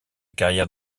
carrière